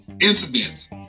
incidents